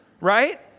Right